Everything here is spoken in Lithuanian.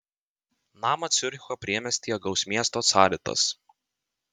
namą ciuricho priemiestyje gaus miesto caritas